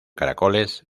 caracoles